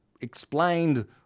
explained